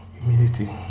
humility